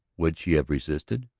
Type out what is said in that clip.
would she have resisted,